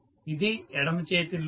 ఇది ఎడమ చేతి లూప్